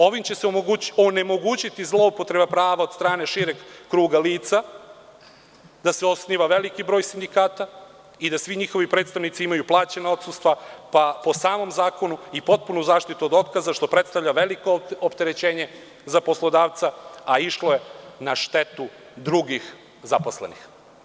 Ovim će se onemogućiti zloupotreba prava od strane šireg kruga lica, da se osniva veliki broj sindikata i da svi njihovi predstavnici imaju plaćena odsustva, pa po samom zakonu i potpunu zaštitu od otkaza, što predstavlja veliko opterećenje za poslodavca, a išlo je na štetu drugih zaposlenih.